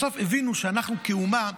בסוף הבינו שאנחנו כאומה,